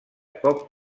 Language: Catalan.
poc